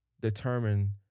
determine